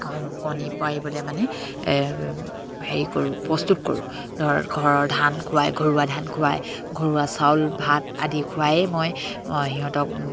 কণী পাৰিবলে মানে হেৰি কৰোঁ প্ৰস্তুত কৰোঁ ধৰ ঘৰৰ ধান খুৱাই ঘৰুৱা ধান খুৱাই ঘৰুৱা চাউল ভাত আদি খুৱাৱেই মই সিহঁতক